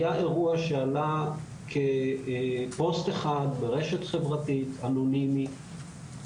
היה אירוע שעלה כפוסט אחד ברשת חברתית, אנונימי.